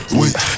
wait